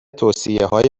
توصیههای